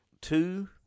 two